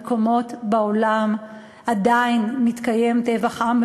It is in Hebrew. במקומות בעולם עדיין מתקיים טבח עם,